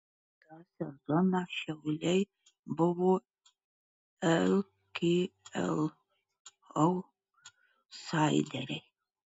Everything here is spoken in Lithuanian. tą sezoną šiauliai buvo lkl autsaideriai